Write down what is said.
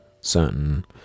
certain